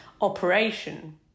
operation